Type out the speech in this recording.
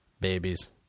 Babies